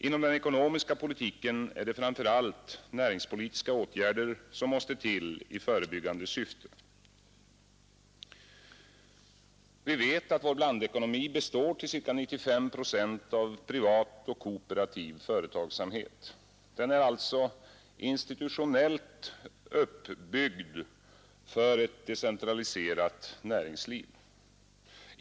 Inom den ekonomiska politiken är det framför allt näringspolitiska åtgärder som måste till i förebyggande syfte. Vår blandekonomi består till cirka 95 procent av privat och kooperativ företagsamhet. Den är alltså institutionellt uppbyggd för ett decentraliserat näringsliv.